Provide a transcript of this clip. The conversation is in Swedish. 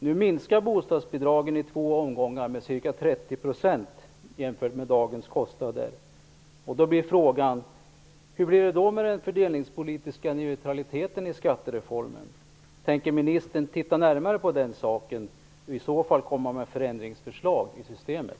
Nu minskar bostadsbidragen i två omgångar med ca 30 % jämfört med dagens kostnader. Frågan blir: Hur blir det då med den fördelningspolitiska neutraliteten i skattereformen? Tänker ministern titta närmare på den saken och i så fall komma med förslag till förändringar i systemet?